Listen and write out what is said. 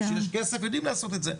כשיש כסף יודעים לעשות את זה.